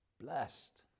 blessed